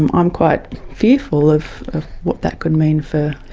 i'm um quite fearful of of what that could mean for